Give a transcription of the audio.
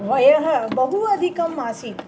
वयः बहु अधिकम् आसीत्